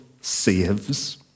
saves